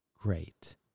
great